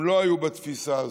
הם לא היו לפי תפיסה הזאת,